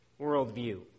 worldview